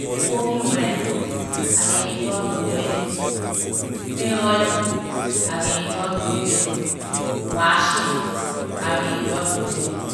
Cooking work, I can enjoy doing it. Cleaning I can enjoy doing it. Washing, I can enjoy doing it.